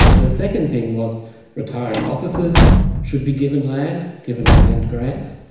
the second thing was retiring officers should be given land, given land grants.